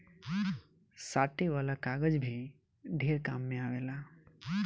साटे वाला कागज भी ढेर काम मे आवेला